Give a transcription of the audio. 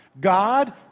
God